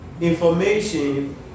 information